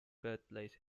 birthplace